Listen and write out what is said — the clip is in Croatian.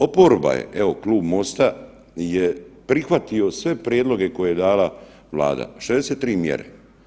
Oporba je, evo, Klub Mosta je prihvatio sve prijedloge koje je dala Vlada, 63 mjere.